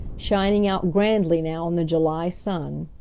shining out grandly now in the july sun.